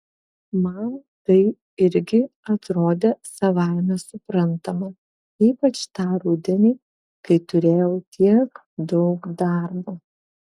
man tai irgi atrodė savaime suprantama ypač tą rudenį kai turėjau tiek daug darbo